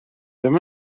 ddim